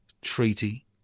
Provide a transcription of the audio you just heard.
treaty